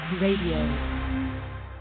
Radio